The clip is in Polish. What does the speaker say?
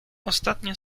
ostatnie